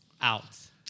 out